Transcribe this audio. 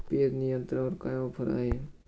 पेरणी यंत्रावर काय ऑफर आहे?